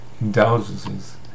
indulgences